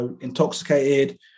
intoxicated